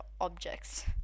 objects